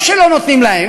לא שלא נותנים להם.